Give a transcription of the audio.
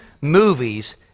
movies